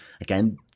again